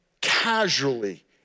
casually